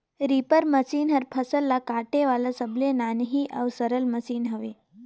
reaper machine हर फसल ल काटे वाला सबले नान्ही अउ सरल मसीन हवे